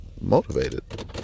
motivated